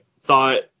thought